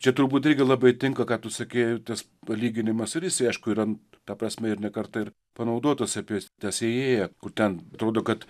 čia turbūt irgi labai tinka ką tu sakei tas palyginimas ir jisai aišku yra ta prasme ir ne kartą ir panaudotas apie sėjėją kur ten atrodo kad